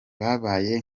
babaye